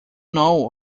know